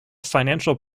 financial